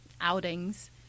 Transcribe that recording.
outings